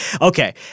Okay